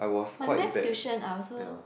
my math tuition I also